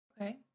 Okay